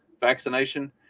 vaccination